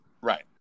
Right